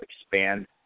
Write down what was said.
expand